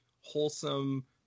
wholesome